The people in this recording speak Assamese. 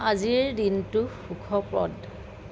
আজিৰ দিনটো সুখপ্ৰদ